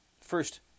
first